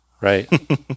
right